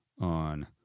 On